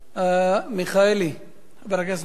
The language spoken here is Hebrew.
חבר הכנסת מיכאלי.